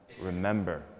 remember